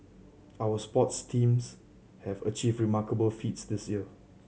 our sports teams have achieved remarkable feats this year